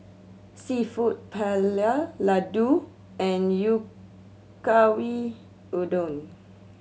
Seafood Paella Ladoo and Udon